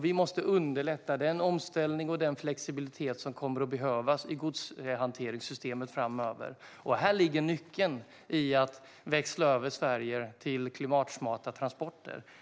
Vi måste underlätta den omställning och den flexibilitet som kommer att behövas i godshanteringssystemet framöver. Här ligger nyckeln i att växla över Sverige till klimatsmarta transporter.